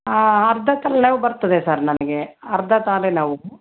ಅರ್ಧ ತಲೆನೋವು ಬರ್ತದೆ ಸರ್ ನನಗೆ ಅರ್ಧ ತಲೆನೋವು